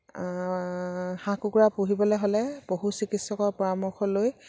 হাঁহ কুকুৰা পুহিবলৈ হ'লে পশু চিকিৎসকৰ পৰামৰ্শ লৈ